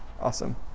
Awesome